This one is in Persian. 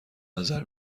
نظر